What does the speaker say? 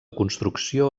construcció